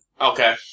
Okay